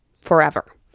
forever